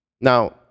Now